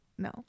no